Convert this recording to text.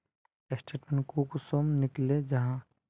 Statement कुंसम निकले जाहा?